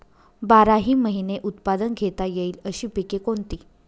बाराही महिने उत्पादन घेता येईल अशी पिके कोणती?